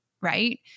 right